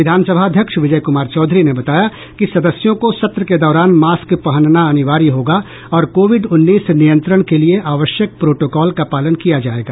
विधान सभा अध्यक्ष विजय कुमार चौधरी ने बताया कि सदस्यों को सत्र के दौरान मास्क पहनना अनिवार्य होगा और कोविड उन्नीस नियंत्रण के लिए आवश्यक प्रोटोकोल का पालन किया जायेगा